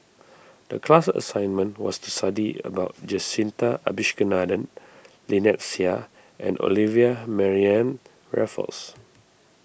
the class assignment was to study about Jacintha Abisheganaden Lynnette Seah and Olivia Mariamne Raffles